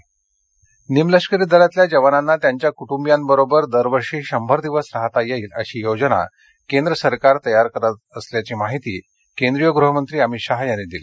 अमित शहा निमलष्करी दलातल्या जवानांना त्यांच्या कुटुंबीयांबरोबर दरवर्षी शंभर दिवस राहता येईल अशी योजना केंद्र सरकार तयार करत असल्याची माहिती केंद्रीय गृहमंत्री अमित शहा यांनी दिली